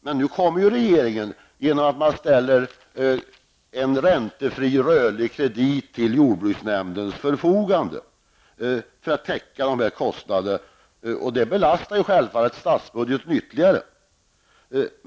Men nu ställs en räntefri rörlig kredit till jordbruksnämndens förfogande för att täcka kostnaderna. Det belastar självfallet statsbudgeten ytterligare.